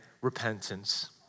Repentance